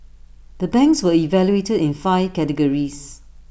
the banks were evaluated in five categories